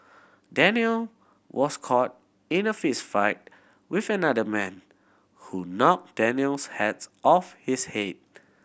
Daniel was caught in a fistfight with another man who knocked Daniel's hat off his head